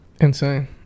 Insane